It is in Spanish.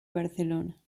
barcelona